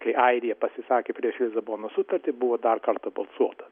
kai airija pasisakė prieš lisabonos sutartį buvo dar kartą balsuota